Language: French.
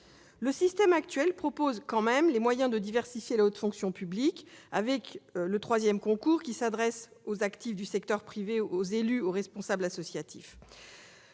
Le système actuel comprend tout de même des moyens de diversifier la haute fonction publique, avec le troisième concours s'adressant aux actifs du secteur privé, aux élus et aux responsables associatifs.